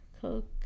Coke